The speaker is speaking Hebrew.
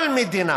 כל מדינה,